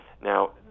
Now